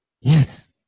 Yes